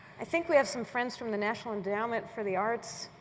i think we have some friends from the national endowment for the arts